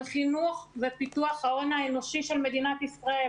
חינוך ופיתוח ההון האנושי של מדינת ישראל,